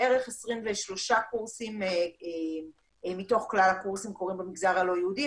בערך 23 קורסים מתוך כלל הקורסים קורים במגזר הלא יהודי,